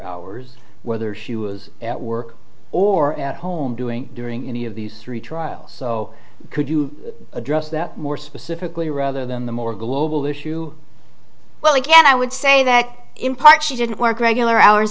hours whether she was at work or at home doing during any of these three trials so could you address that more specifically rather than the more global issue well again i would say that in part she didn't work regular hours